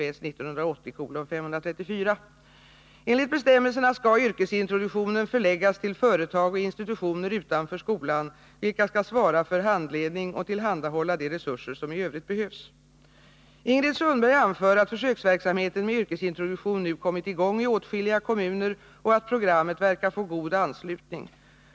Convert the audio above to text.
Enligt bestämmelserna skall yrkesintroduktionen förläggas till företag och institutioner utanför skolan, vilka skall svara för handledning och tillhandahålla de resurser som i övrigt behövs. Ingrid Sundberg anför att försöksverksamheten med yrkesintroduktion nu kommit i gång i åtskilliga kommuner och att programmet verkar få god anslutning.